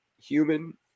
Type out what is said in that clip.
human